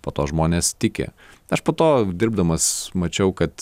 po to žmonės tiki aš po to dirbdamas mačiau kad